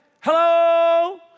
Hello